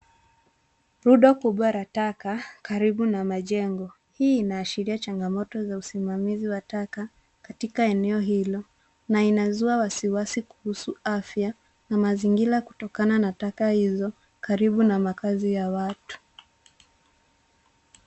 Rundo kubwa la taka karibu na majengo. Hii inaashiria chagamoto za usimamizi wa taka katika eneo hilo na inazua wasiwasi kuhusu afya na mazingira kutokana na taka izo karibu na makazi ya watu.